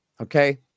Okay